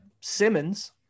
Simmons